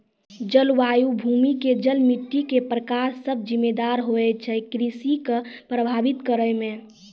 जलवायु, भूमि के जल, मिट्टी के प्रकार सब जिम्मेदार होय छै कृषि कॅ प्रभावित करै मॅ